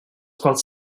quals